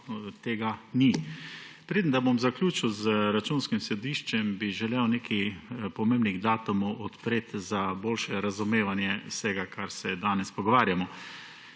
tega ni. Preden bom zaključil z Računskim sodiščem, bi želel nekaj pomembnih datumov odpreti za boljše razumevanje vsega, o čemer se danes pogovarjamo.